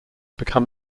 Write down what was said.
become